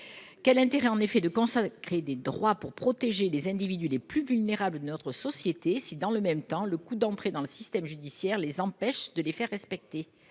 quel intérêt en effet de consacrer des droits pour protéger les individus les plus vulnérables de notre société, si dans le même temps, le coût d'entrée dans le système judiciaire les empêche de les faire respecter